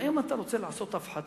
להם אתה רוצה לעשות הפחתה.